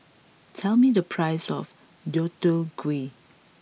tell me the price of Deodeok Gui